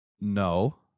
No